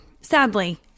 sadly